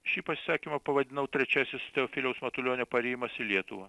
šį pasisakymą pavadinau trečiasis teofiliaus matulionio parėjimas į lietuvą